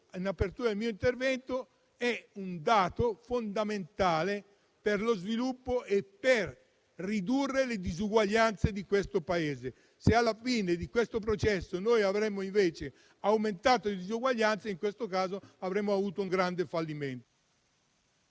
in apertura del mio intervento - è importantissimo per lo sviluppo e per ridurre le disuguaglianze del Paese. Se, alla fine del processo, avremo invece aumentato le disuguaglianze, in questo caso sarà stato un grande fallimento.